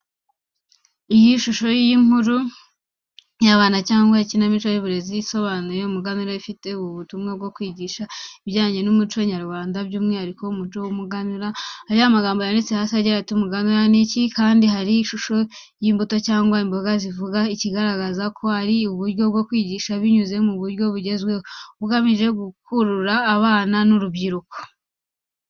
Iyi ni shusho y’inkuru y’abana cyangwa ikinamico y’uburezi isobanuye umuganura, ifite ubutumwa bwo kwigisha ibijyanye n'umuco nyarwanda by'umwihariko umuco w’umuganura. Hari amagambo yanditse hasi agira ati: "Umuganura ni iki?” Hari kandi ishusho y’imbuto cyangwa imboga zivuga, ikigaragaza ko ari uburyo bwo kwigisha binyuze mu buryo bugezweho, bugamije gukurura abana n’urubyiruko.